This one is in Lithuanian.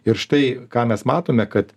ir štai ką mes matome kad